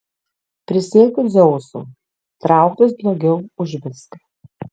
prisiekiu dzeusu trauktis blogiau už viską